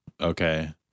Okay